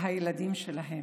מהילדים שלהם.